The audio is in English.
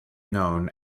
known